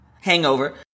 hangover